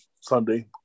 Sunday